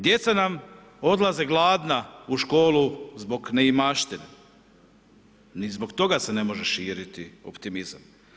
Djeca nam odlaze gladna u školu zbog neimaštine, ni zbog toga se ne može širiti optimizam.